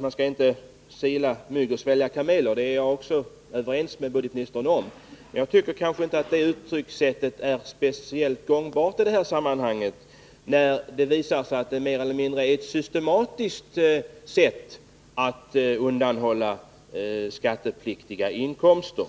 man inte skall sila mygg och svälja kameler. Det är jag överens med budgetministern om, men jag tycker inte att det uttryckssättet är speciellt gångbart i det här sammanhanget, när det visar sig att det mer eller mindre är ett systematiskt sätt att undanhålla skattepliktiga inkomster.